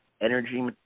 energy